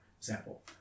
example